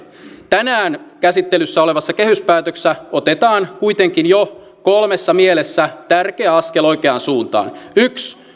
tänään käsittelyssä olevassa kehyspäätöksessä otetaan kuitenkin jo kolmessa mielessä tärkeä askel oikeaan suuntaan yksi